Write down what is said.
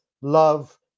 love